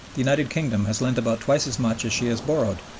the united kingdom has lent about twice as much as she has borrowed.